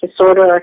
disorder